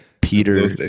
Peter